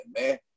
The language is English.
man